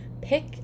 pick